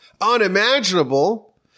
unimaginable